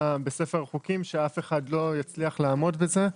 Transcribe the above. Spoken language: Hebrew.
בספר החוקים שאף אחד לא יצליח לעמוד בזה.